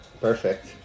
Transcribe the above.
perfect